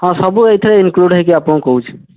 ହଁ ସବୁ ଏଇଥିରେ ଇନ୍କ୍ଲୁଡ୍ ହେଇକି ଆପଣଙ୍କୁ କହୁଛି